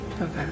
Okay